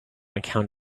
account